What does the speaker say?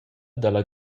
dalla